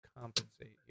compensate